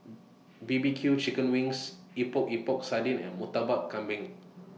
B B Q Chicken Wings Epok Epok Sardin and Murtabak Kambing